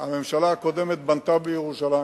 הממשלה הקודמת בנתה בירושלים,